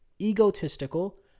egotistical